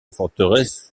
forteresse